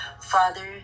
Father